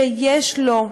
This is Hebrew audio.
שיש לו,